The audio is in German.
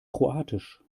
kroatisch